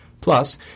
Plus